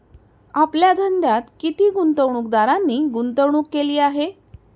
आपल्या धंद्यात किती गुंतवणूकदारांनी गुंतवणूक केली आहे?